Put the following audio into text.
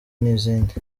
n’izindi